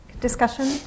discussion